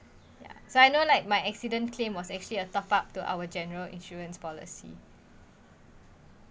ya so I know like my accident claimed was actually a top up to our general insurance policy